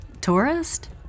Tourist